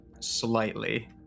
slightly